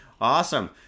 Awesome